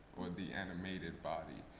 the animated body.